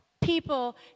people